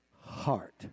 heart